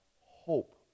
hope